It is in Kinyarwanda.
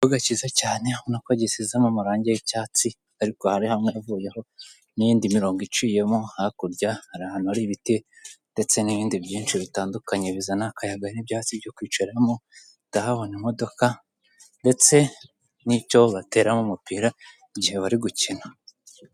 Ikibuga cyiza cyane ubona ko gisizemo amarangi y'icyatsi ariko hariho amwe havuyeho n'iyinindi mirongo iciyemo hakurya hari ahantu hari ibiti ndetse n'ibindi byinshi bitandukanye bizana akayaga n'ibyatsi byo kwicaramo ndahabona imodoka ndetse n'icyo bateramo umupira igihe bari gukina